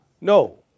No